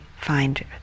find